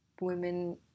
women